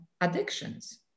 addictions